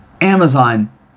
Amazon